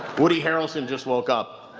woody harrelson just woke up.